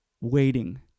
waiting